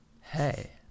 hey